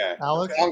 Alex